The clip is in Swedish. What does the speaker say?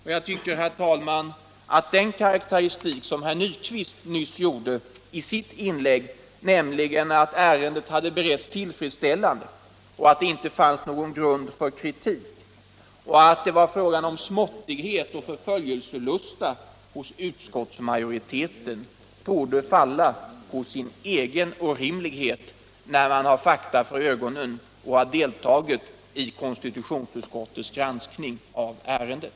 Och jag tycker, herr talman, att den karakteristik som herr Nyquist nyss gjorde i sitt inlägg, nämligen att ärendet hade beretts til!fredsställande och att det inte fanns någon grund för kritik utan att det var fråga om småttighet och förföljelselusta hos utskottsmajoriteten, borde falla på sin egen orimlighet, när man har fakta för ögonen och har deltagit i konstitutionsutskottets granskning av ärendet.